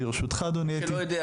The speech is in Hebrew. מי שלא יודע,